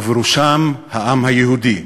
ובראשם העם היהודי.